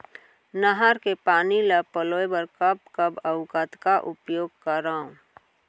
नहर के पानी ल पलोय बर कब कब अऊ कतका उपयोग करंव?